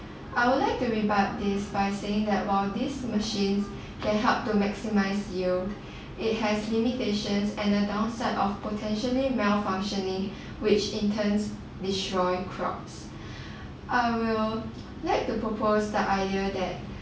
I'll like to rebut this by saying that while these machines can help to maximise yield it has limitations and a downside of potentially malfunctioning which in turns destroy crops I will like to propose that idea that